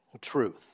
truth